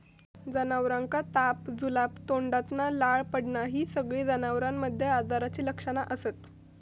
जनावरांका ताप, जुलाब, तोंडातना लाळ पडना हि सगळी जनावरांमध्ये आजाराची लक्षणा असत